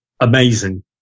amazing